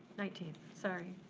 nineteenth, sorry.